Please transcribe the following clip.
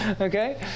Okay